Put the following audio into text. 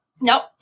nope